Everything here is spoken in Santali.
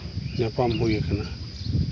ᱧᱟᱯᱟᱢ ᱦᱩᱭ ᱠᱟᱱᱟ